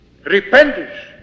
Repentance